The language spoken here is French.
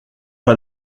pas